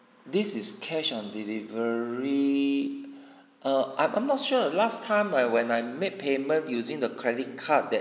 this is cash on delivery err I'm I'm not sure last time ah when I make payment using the credit card that